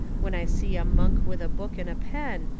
when i see a monk with a book and a pen,